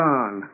on